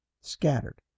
scattered